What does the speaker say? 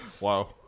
Wow